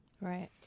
Right